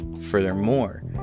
furthermore